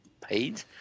paid